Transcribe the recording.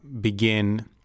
begin